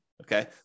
Okay